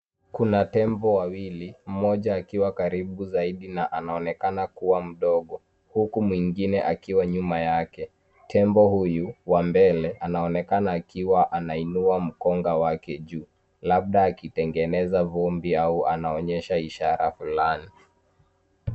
Kuna tembo wawili, mmoja akiwa karibu zaidi na anaonekana kuwa mdogo, huku mwingine akiwa nyuma yake, tembo huyu wa mbele anaonekana akiwa anainua mkonga wake juu labda akitengeneza vumbi au anaonyesha ishara fulani.